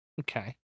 Okay